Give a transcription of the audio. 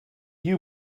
you